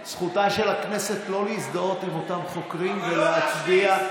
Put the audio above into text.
זכותה של הכנסת לא להזדהות עם אותם חוקרים ולהצביע,